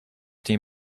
team